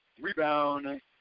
Rebound